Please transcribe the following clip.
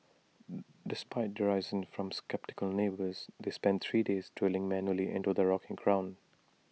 despite derision from sceptical neighbours they spent three days drilling manually into the rocky ground